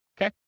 Okay